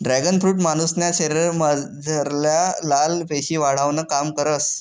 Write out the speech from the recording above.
dragon fruit मानुसन्या शरीरमझारल्या लाल पेशी वाढावानं काम करस